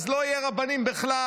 אז לא יהיו רבנים בכלל.